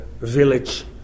village